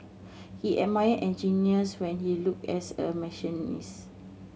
he admired engineers when he looked as a machinist